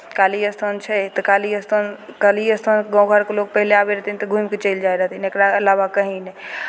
काली स्थान छै तऽ काली स्थान काली स्थान गाँव घरके लोक पहिले आबै रहथिन तऽ घुमि कऽ चलि जाइ रहथिन एकरा अलावा कहीँ नहि